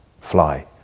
fly